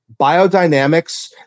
Biodynamics